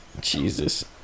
Jesus